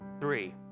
three